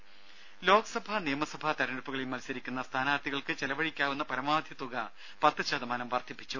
ദേദ ലോക്സഭാ നിയമസഭാ തെരഞ്ഞെടുപ്പുകളിൽ മത്സരിക്കുന്ന സ്ഥാനാർത്ഥികൾക്ക് ചെലവഴിക്കാവുന്ന പരമാവധി തുക പത്ത് ശതമാനം വർദ്ധിപ്പിച്ചു